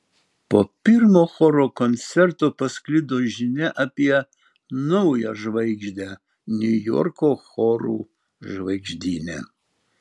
po pirmo choro koncerto pasklido žinia apie naują žvaigždę niujorko chorų žvaigždyne